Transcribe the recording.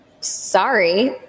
sorry